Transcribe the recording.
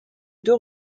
deux